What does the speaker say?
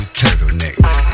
turtlenecks